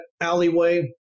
alleyway